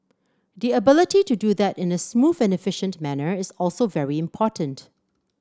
the ability to do that in a smooth and efficient manner is also very important